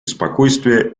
спокойствия